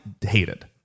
hated